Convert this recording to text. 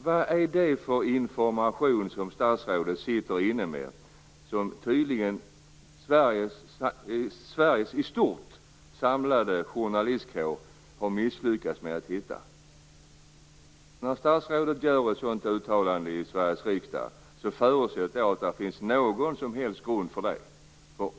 Vad är det för information som statsrådet sitter inne med och som tydligen i stort sett Sveriges samlade journalistkår tydligen har misslyckats med att hitta? När statsrådet gör ett sådant uttalande i Sveriges riksdag förutsätter jag att det finns någon som helst grund för det.